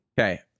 Okay